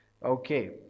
Okay